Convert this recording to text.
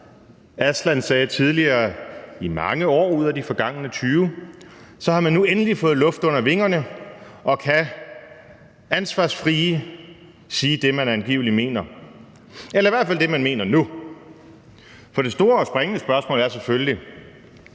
sagde tidligere: I mange år ud af de forgangne 20 har man nu endelig fået luft under vingerne og kan ansvarsfrit sige det, man angiveligt mener – eller i hvert fald det, man mener nu. For det store og springende spørgsmål er selvfølgelig: